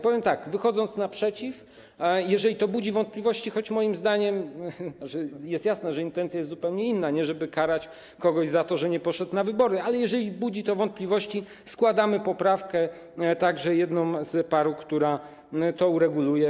Powiem tak, wychodząc naprzeciw: jeżeli to budzi wątpliwości, choć moim zdaniem jest jasne, że intencja jest zupełnie inna, nie żeby karać kogoś za to, że nie poszedł na wybory, ale jeżeli budzi to wątpliwości, składamy poprawkę, jedną z paru, która to ureguluje.